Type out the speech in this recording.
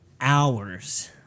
hours